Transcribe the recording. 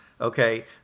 Okay